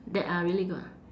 that are really good ah